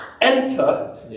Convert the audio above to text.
Enter